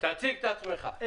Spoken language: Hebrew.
תציג את עצמך בבקשה.